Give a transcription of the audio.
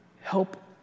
Help